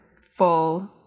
full